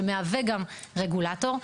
שמהווה גם רגולטור,